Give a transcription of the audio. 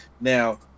now